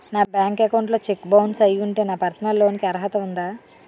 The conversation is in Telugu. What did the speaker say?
నా బ్యాంక్ అకౌంట్ లో చెక్ బౌన్స్ అయ్యి ఉంటే నాకు పర్సనల్ లోన్ కీ అర్హత ఉందా?